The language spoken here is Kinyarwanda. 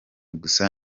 gusa